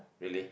really